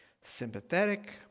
sympathetic